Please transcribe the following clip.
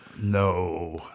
No